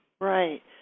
Right